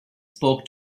spoke